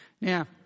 Now